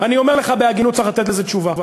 אני אומר לך בהגינות שצריך לתת לזה תשובה.